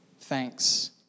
thanks